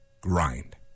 grind